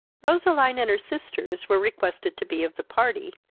roseline and her sisters were requested to be of the party,